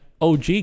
OG